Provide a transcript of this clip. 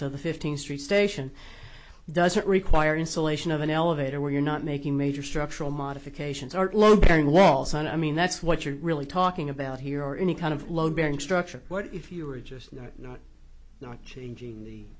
to the fifteenth street station doesn't require insulation of an elevator where you're not making major structural modifications are low bearing walls on i mean that's what you're really talking about here or any kind of load bearing structure what if you were just not changing the